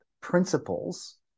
principles